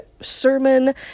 sermon